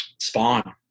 Spawn